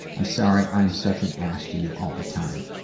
i'm sorry i'm such an ass to you all the time.